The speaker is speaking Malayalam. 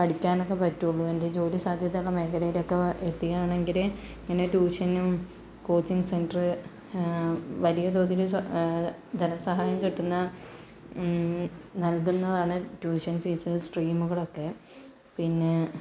പഠിക്കാനൊക്കെ പറ്റുകയുള്ളു എന്തെ ജോലി സാധ്യതയുള്ള മേഖലയിലൊക്കെ എത്തിയാണെങ്കില് പിന്നെ ട്യൂഷനും കോച്ചിങ് സെൻ്ററ് വലിയ തോതില് സ ധനസഹായം കിട്ടുന്ന നൽകുന്നതാണ് ട്യൂഷൻ ഫീസ് സ്ട്രീമുകളൊക്കെ പിന്നെ